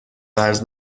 قرض